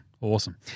awesome